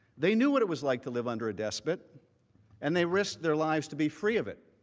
they knew what it was like to live under a desperate and they risked their lives to be free of it.